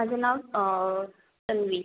माझं नाव तन्वी